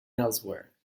elsewhere